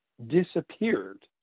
disappeared